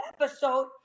episode